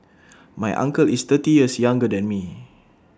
my uncle is thirty years younger than me